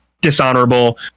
dishonorable